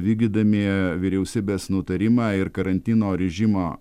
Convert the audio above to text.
vykdydami vyriausybės nutarimą ir karantino režimą